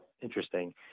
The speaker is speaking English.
Interesting